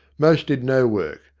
most did no work,